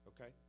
Okay